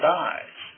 dies